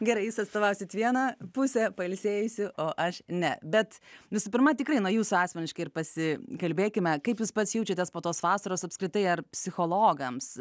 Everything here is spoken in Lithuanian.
gerai jūs atstovausit vieną pusę pailsėjusią o aš ne bet visų pirma tikrai nuo jūsų asmeniškai ir pasikalbėkime kaip jūs pats jaučiatės po tos vasaros apskritai ar psichologams